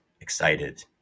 excited